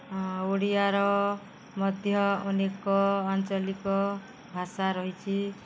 ଓଡ଼ିଆର ମଧ୍ୟ ଅନେକ ଆଞ୍ଚଳିକ ଭାଷା ରହିଛି